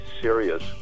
serious